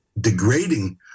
degrading